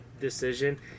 decision